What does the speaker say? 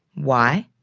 why?